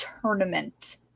tournament